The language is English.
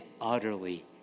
utterly